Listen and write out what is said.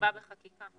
נקבע בחקיקה.